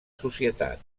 societat